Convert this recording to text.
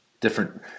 different